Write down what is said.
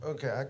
Okay